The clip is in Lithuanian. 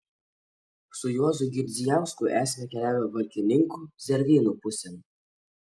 su juozu girdzijausku esame keliavę valkininkų zervynų pusėn